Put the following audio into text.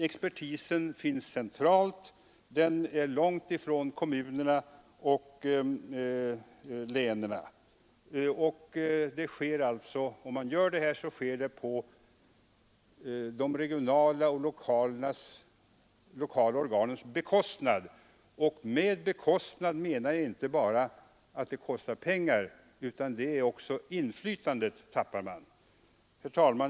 Expertisen är centralt placerad, långt ifrån kommuner och länsstyrelser. Ett genomförande av propositionens förslag sker på de regionala och kommunala organens bekostnad. Med bekostnad menar jag då inte bara att det kostar pengar utan även att dessa organ tappar sitt inflytande. Herr talman!